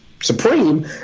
supreme